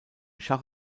schach